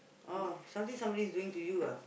orh something somebody is doing to you ah